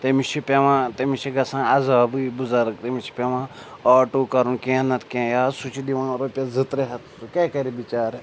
تٔمِس چھُ پیٚوان تٔمِس چھِ گژھان عذابٕے بُزرَگ تٔمِس چھُ پیٚوان آٹوٗ کَرُن کیٚنٛہہ نَتہٕ کیٚنٛہہ یا سُہ چھُ دِوان رۄپیَس زٕ ترٛےٚ ہَتھ سُہ کیٛاہ کَرِ بِچارٕ